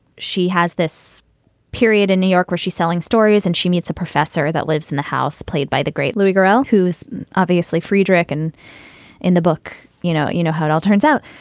she has this period in new york where she's selling stories and she meets a professor that lives in the house played by the great louie girl, who's obviously friedrich. and in the book, you know, you know how it all turns out.